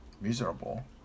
miserable